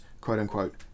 quote-unquote